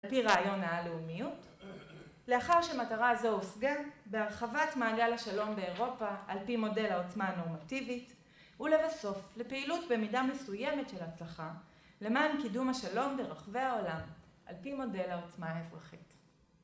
לפי רעיון הלאומיות, לאחר שמטרה זו הושגה בהרחבת מעגל השלום באירופה על פי מודל העוצמה הנורמטיבית, ולבסוף לפעילות במידה מסוימת של הצלחה למען קידום השלום ברחבי העולם על פי מודל העוצמה האזרחית.